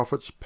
PROPHET'S